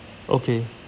okay